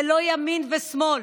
זה לא ימין ושמאל.